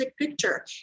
picture